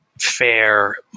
fair